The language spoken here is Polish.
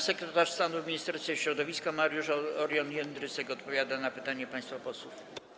Sekretarz stanu w Ministerstwie Środowiska Mariusz Orion Jędrysek odpowiada na pytanie państwa posłów.